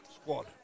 squad